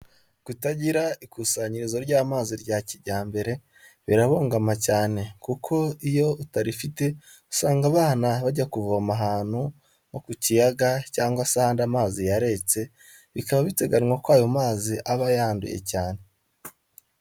Kutagira ikusanyirizo ry'amazi rya kijyambere birabangama cyane kuko iyo utarifite usanga abana bajya kuvoma ahantu nko ku kiyaga cyangwa se ahandi amazi yaretse, bikaba biteganywa ko ayo mazi aba yanduye cyane.